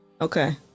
okay